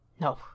No